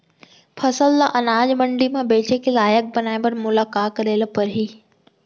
फसल ल अनाज मंडी म बेचे के लायक बनाय बर मोला का करे ल परही?